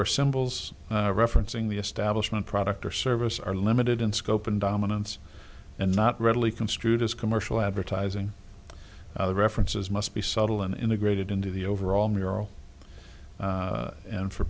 or symbols referencing the establishment product or service are limited in scope and dominance and not readily construed as commercial advertising the references must be subtle and integrated into the overall mural and for